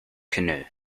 canoe